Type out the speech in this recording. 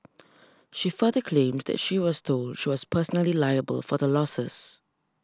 she further claims that she was told she was personally liable for the losses